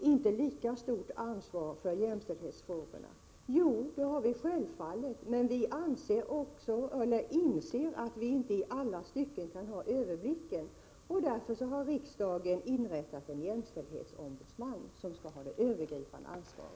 inte lika stort ansvar för jämställdhetsfrågorna? Jo, det har vi självfallet. Men vi inser att vi inte i alla stycken kan ha överblicken, och därför har riksdagen tillsatt en jämställdhetsombudsman som skall ha det övergripande ansvaret.